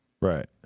Right